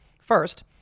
First